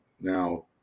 now